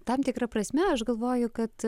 tam tikra prasme aš galvoju kad